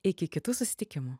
iki kitų susitikimų